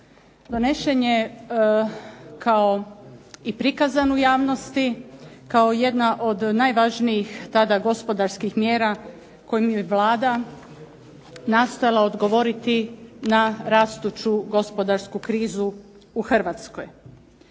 Donešen je kao i prikazan u javnosti kao jedna od najvažnijih tada gospodarskih mjera kojim je Vlada nastojala odgovoriti na rastuću gospodarsku krizu u Hrvatskoj.